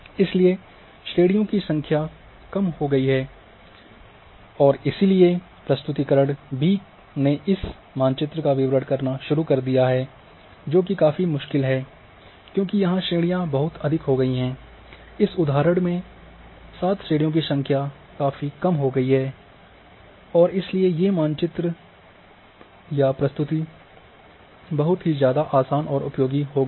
इसलिए श्रेणियों की संख्या कम हो गई है और इसलिए प्रस्तुतीकरण बी ने इस नक्शे का विवरण करना शुरू कर दिया जो कि काफ़ी मुश्किल है क्योंकि यहाँ श्रेणियां बहुत अधिक हो गयी हैं इस उदाहरण 7 में श्रेणियों की संख्या कम हो गई हैऔर इसलिए ये मानचित्रों या प्रस्तुति बहुत ही ज्यादा आसान और उपयोगी हो गयी है